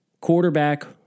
quarterback